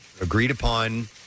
agreed-upon